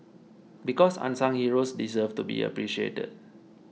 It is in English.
because unsung heroes deserve to be appreciated